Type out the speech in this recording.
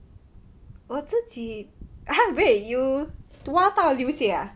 我自己 !huh! wait you 挖到流血